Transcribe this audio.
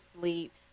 sleep